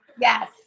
yes